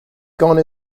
gone